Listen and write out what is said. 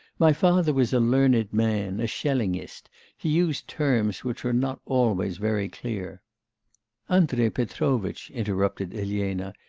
my father was a learned man, a schellingist he used terms which were not always very clear andrei petrovitch interrupted elena,